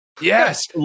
Yes